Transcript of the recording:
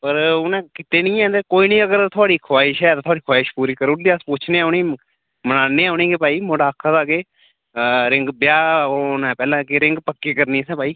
पर उ'नें कीते निं हैन कोई निं अगर थुआढ़ी खाईश ऐ ते थुआढ़ी खाईश पूरी करी ओड़गे अस पुच्छने आं उ'नें ई मनान्ने आं उ'नें ई भाई मुड़ा आक्खै दा कि भाई रिंग ब्याह होना ऐ पैह्ले के रिंग पक्की करनी असें भाई